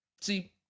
See